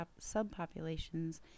subpopulations